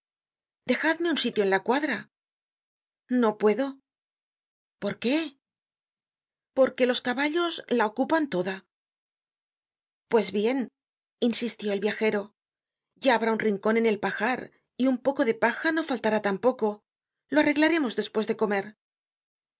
dejadme un sitio en la cuadra no puedo por qué porque los caballos la ocupan toda pues bien insistió el viajero ya habrá un rincon en el pajar y un poco de paja no faltará tampoco lo arreglaremos despues de comer